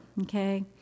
okay